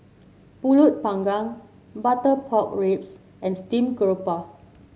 pulut panggang Butter Pork Ribs and Steamed Garoupa